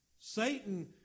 Satan